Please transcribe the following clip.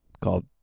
called